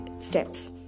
steps